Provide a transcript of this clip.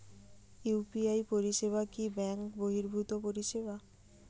UPI পরিসেবা কি bank বর্হিভুত পরিসেবা?